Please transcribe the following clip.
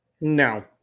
No